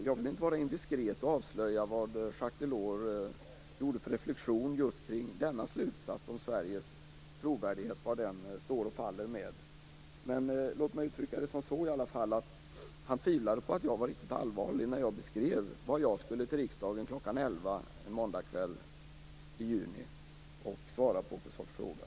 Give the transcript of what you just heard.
Jag vill inte vara indiskret och avslöja vad Jaques Delors gjorde för reflexion kring slutsatsen om vad Sveriges trovärdighet står och faller med, men låt mig uttrycka det så att han tvivlade på att jag var riktigt allvarlig när jag beskrev vad jag skulle till riksdagen kl. 23 en måndagskväll i juni och svara på för sorts fråga.